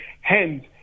Hence